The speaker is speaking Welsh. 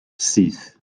syth